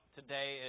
today